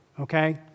okay